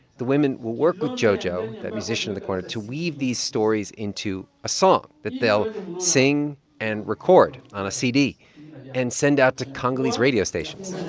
the women will work with jojo, that musician in the corner, to weave these stories into a song that they'll sing and record on a cd and send out to congolese radio stations